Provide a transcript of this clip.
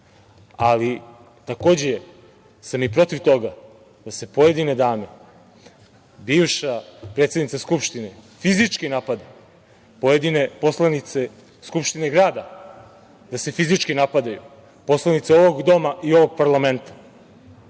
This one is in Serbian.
Takođe sam i protiv toga da se pojedine dame, bivša predsednica Skupštine fizički napada, pojedine poslanice Skupštine grada da se fizički napadaju, poslanice ovog doma i ovog parlamenta.